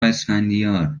اسفندیار